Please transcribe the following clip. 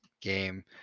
game